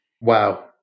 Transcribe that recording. Wow